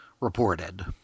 reported